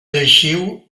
lleixiu